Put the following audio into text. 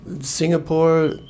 Singapore